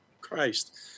Christ